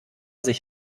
sich